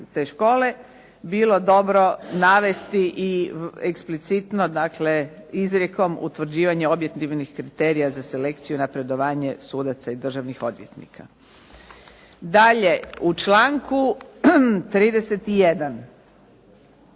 te škole bilo dobro navesti eksplicitno izrijekom utvrđivanje objektivnih kriterija za selekciju i napredovanje sudaca i državnih odvjetnika. Dalje, u članku 31.